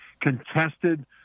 contested